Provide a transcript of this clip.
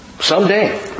Someday